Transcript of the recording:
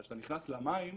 אבל כשאתה נכנס למים